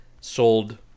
sold